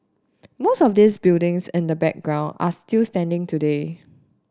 most of these buildings in the background are still standing today